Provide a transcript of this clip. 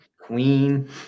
Queen